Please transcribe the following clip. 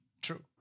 true